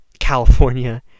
California